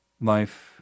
life